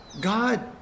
God